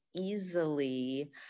easily